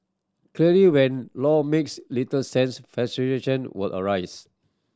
clearly when law makes little sense frustration were arise